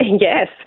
Yes